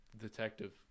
Detective